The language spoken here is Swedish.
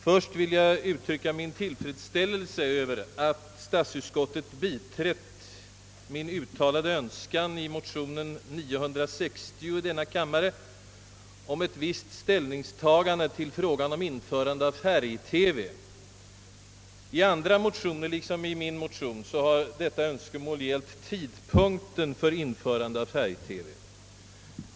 Först vill jag uttrycka min tillfredsställelse över att statsutskottet biträtt min i motion 960 i denna kammare uttalade önskan om vissa ställningstaganden till frågan om införande av färg TV. I andra motioner liksom i min har detta önskemål gällt tidpunkten för införande av färg-TV.